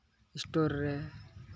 store ᱨᱮ